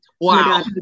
Wow